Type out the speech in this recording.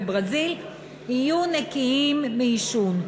בברזיל יהיו נקיים מעישון.